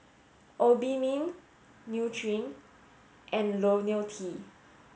Obimin Nutren and Lonil T